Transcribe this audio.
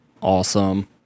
Awesome